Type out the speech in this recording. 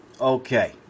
Okay